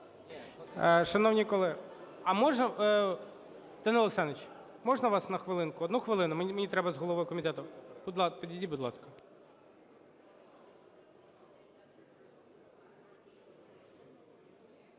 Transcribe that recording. Данило Олександрович, можна вас на хвилинку? Одну хвилину, мені треба з головою комітету… Підійдіть, будь ласка.